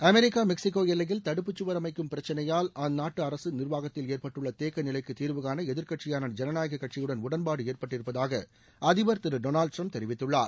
America Mexico எல்லையில் தடுப்புக்கவர் அமைக்கும் பிரச்சினையால் அந்நாட்டு அரக நிர்வாகத்தில் ஏற்பட்டுள்ள தேக்கநிலைக்கு தீர்வுகாண எதிர்க்கட்சியாள ஜனநாயக கட்சியுடன் உடன்பாடு ஏற்பட்டிருப்பதாக அதிபர் திரு டொனால்டு டிரம்ப் தெரிவித்துள்ளார்